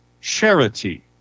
charity